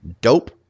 dope